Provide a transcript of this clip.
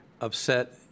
upset